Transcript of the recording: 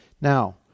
now